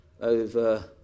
over